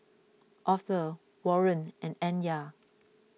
Arthor Warren and Anya